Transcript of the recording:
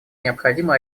необходимо